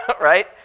right